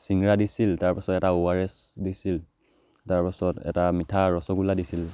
চিংৰা দিছিল তাৰপাছত এটা অ' আৰ এছ দিছিল তাৰপাছত এটা মিঠা ৰসগোল্লা দিছিল